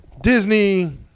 Disney